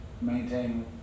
maintain